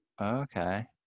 Okay